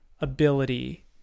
ability